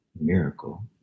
miracle